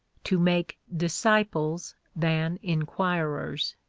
to make disciples than inquirers.